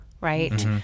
right